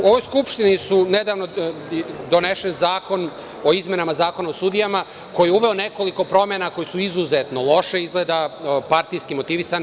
U ovoj Skupštini je nedavno donesen Zakon o izmenama Zakona o sudijama koji je uveo nekoliko promena koje su izuzetno loše i partijski motivisane.